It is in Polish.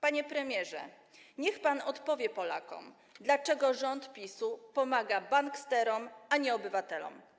Panie premierze, niech pan odpowie Polakom: Dlaczego rząd PiS-u pomaga banksterom, a nie obywatelom?